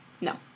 No